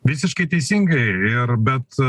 visiškai teisingai ir bet